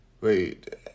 Wait